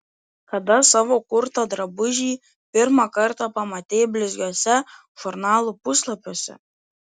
kada savo kurtą drabužį pirmą kartą pamatei blizgiuose žurnalų puslapiuose